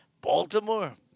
Baltimore